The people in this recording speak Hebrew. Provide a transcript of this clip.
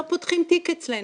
לא פותחים תיק אצלנו.